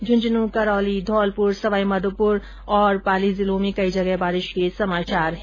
झुंझुनू करौली धौलपुर सवाईमाधोपर जिलों में कई जगह बारिश के समाचार हैं